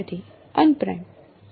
વિદ્યાર્થી અપ્રાઈમ્ડ